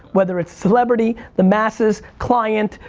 whether it's celebrity, the masses, client,